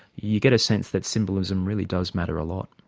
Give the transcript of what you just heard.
you get a sense that symbolism really does matter a lot.